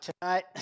tonight